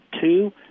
two